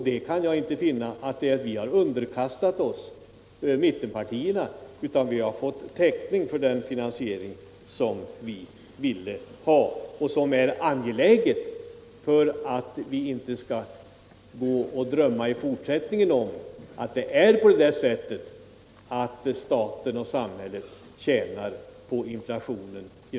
Vi har därmed inte underkastat oss mittenpartierna, utan vi har fått täckning för reformen, vilket är nödvändigt för samhällsekonomin. Samhället gör inga skattevinster på inflationen.